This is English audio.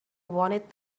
wanted